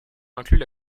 incluent